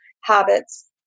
habits